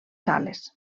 sales